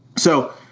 so,